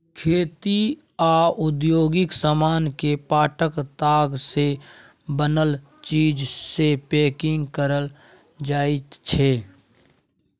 खेती आ औद्योगिक समान केँ पाटक ताग सँ बनल चीज सँ पैंकिग कएल जाइत छै